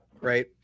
right